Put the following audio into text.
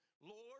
Lord